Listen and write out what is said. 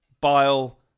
bile